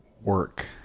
work